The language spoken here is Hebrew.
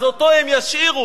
אז אותו הם ישאירו.